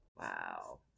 Wow